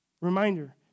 Reminder